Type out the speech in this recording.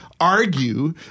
argue